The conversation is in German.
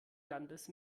landes